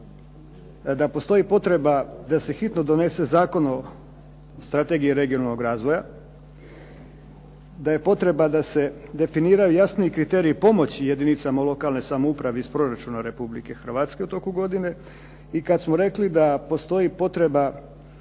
da postoji potreba da se hitno donese Zakon o strategiji regionalnog razvoja, da je potrebno da se definiraju jasniji kriteriji pomoći jedinicama lokalne samouprave iz proračuna Republike Hrvatske u toku godine. I kada smo rekli da postoji potreba